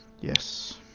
Yes